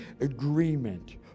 agreement